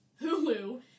Hulu